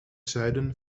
zuiden